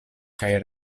kaj